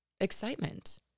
Excitement